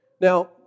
Now